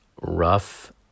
rough